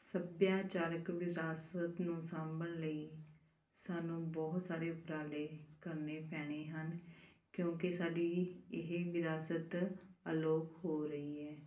ਸੱਭਿਆਚਾਰਕ ਵਿਰਾਸਤ ਨੂੰ ਸਾਂਭਣ ਲਈ ਸਾਨੂੰ ਬਹੁਤ ਸਾਰੇ ਉਪਰਾਲੇ ਕਰਨੇ ਪੈਣੇ ਹਨ ਕਿਉਂਕਿ ਸਾਡੀ ਇਹ ਵਿਰਾਸਤ ਅਲੋਪ ਹੋ ਰਹੀ ਹੈ